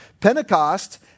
Pentecost